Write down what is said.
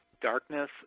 darkness